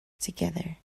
together